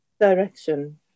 direction